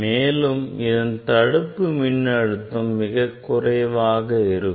மேலும் இதன் தடுப்பு மின்னழுத்தம் மிகக் குறைவாக இருக்கும்